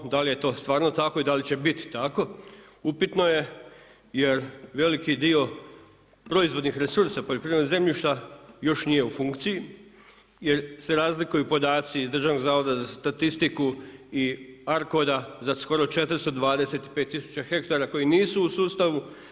No, da li je to stvarno tako i da li će biti tako upitno je jer veliki dio proizvodnih resursa poljoprivrednog zemljišta još nije u funkciji jer se razlikuju podaci iz Državnog zavoda za statistiku i ARCOD-a za skoro 425 hektara koji nisu u sustavu.